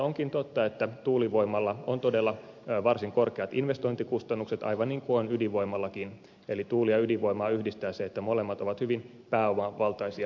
onkin totta että tuulivoimalla on todella varsin korkeat investointikustannukset aivan niin kuin on ydinvoimallakin eli tuuli ja ydinvoimaa yhdistää se että molemmat ovat hyvin pääomavaltaisia energiamuotoja